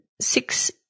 six